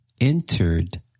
entered